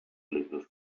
little